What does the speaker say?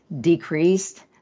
decreased